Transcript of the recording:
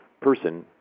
person